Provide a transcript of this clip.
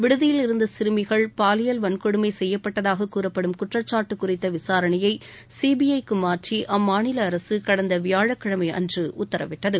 விடுதியில் இருந்த சிறுமிகள் பாலியல் வன்கொடுமை செய்யப்பட்டதாக கூறப்படும் குற்றசாட்டு குறித்த விசாரணையை சிபிஐக்கு மாற்றி அம்மாநில அரசு கடந்த வியாழக்கிழமை அன்று உத்தரவிட்டது